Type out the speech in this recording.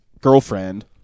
girlfriend